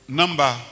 number